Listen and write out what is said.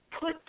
put